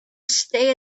stay